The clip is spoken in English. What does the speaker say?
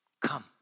Come